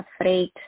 afraid